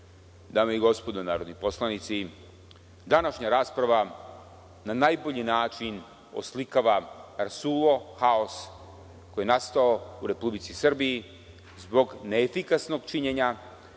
i gospodo narodni poslanici, današnja rasprava na najbolji način oslikava rasulo, haos koji je nastao u Republici Srbiji zbog neefikasnog činjenja